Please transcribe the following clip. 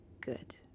good